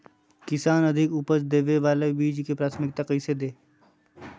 किसान अधिक उपज देवे वाले बीजों के प्राथमिकता कैसे दे?